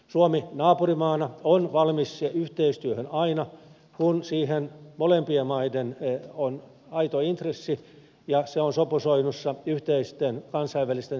suomi naapurimaana on valmis yhteistyöhön aina kun siihen molemmilla mailla on aito intressi ja se on sopusoinnussa yhteisten kansainvälisten sitoumusten kanssa